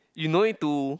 you no need to